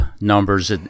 numbers